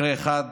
מקרה אחד